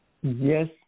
Yes